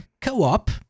co-op